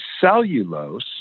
cellulose